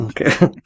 Okay